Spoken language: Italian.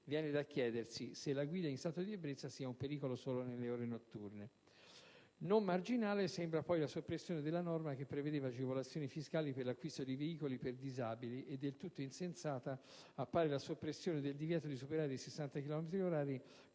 Viene da chiedersi se la guida in stato di ebbrezza sia un pericolo solo nelle ore notturne. Non marginale mi sembra poi la soppressione della norma che prevedeva agevolazioni fiscali per l'acquisto di veicoli per disabili e del tutto insensata appare la soppressione del divieto di superare i 60 chilometri